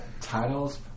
Titles